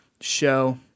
show